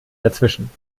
dazwischen